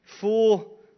full